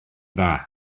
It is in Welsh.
dda